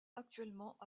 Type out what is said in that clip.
actuellement